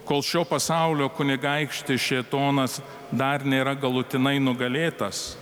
kol šio pasaulio kunigaikštis šėtonas dar nėra galutinai nugalėtas